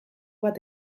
bat